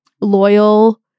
loyal